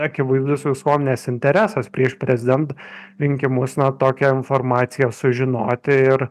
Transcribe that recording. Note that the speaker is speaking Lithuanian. akivaizdus visuomenės interesas prieš prezidento rinkimus na tokią informaciją sužinoti ir